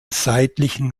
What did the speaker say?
seitlichen